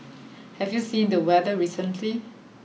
have you seen the weather recently